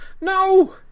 No